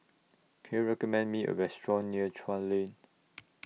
Can YOU recommend Me A Restaurant near Chuan Lane